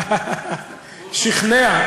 אחרי כאלה דברים, שכנע.